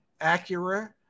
Acura